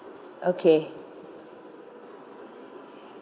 okay